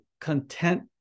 content